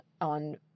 on